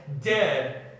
dead